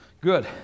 good